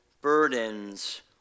burdens